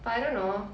but I don't know